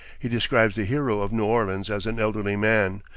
he describes the hero of new orleans as an elderly man,